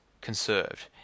conserved